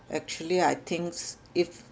actually I thinks if